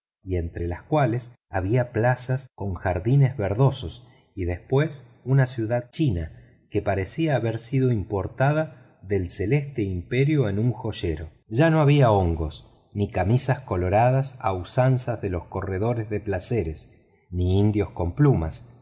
y entre las cuales había plazas con jardines verdosos y después una ciudad china que parecía haber sido importada del celeste imperio en un joyero ya no había sombreros hongos ni camisas coloradas a usanza de los buscadores de oro ni indios con plumas